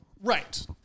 Right